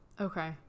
Okay